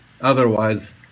Otherwise